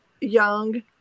young